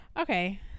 Okay